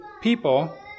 people